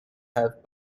have